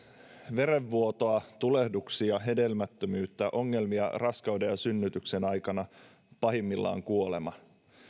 verenvuotoa tulehduksia hedelmättömyyttä ongelmia raskauden ja synnytyksen aikana pahimmillaan kuolema